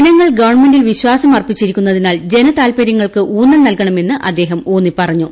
ജനങ്ങൾ ഗവൺമെന്റിൽ വിശ്വാസം അർപ്പിച്ചിരിക്കുന്നതിനാൽ ജനതാൽപര്യങ്ങൾക്ക് ഉൌന്നൽ നൽകണമെന്ന് അദ്ദേഹം ഊന്നി പറഞ്ഞു